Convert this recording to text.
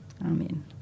Amen